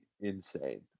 insane